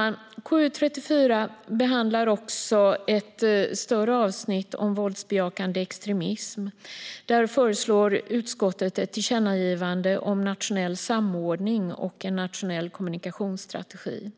I konstitutionsutskottets betänkande 34 behandlas också ett större avsnitt om våldsbejakande extremism. Där föreslår utskottet ett tillkännagivande om nationell samordning och en nationell kommunikationsstrategi.